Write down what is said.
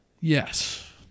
Yes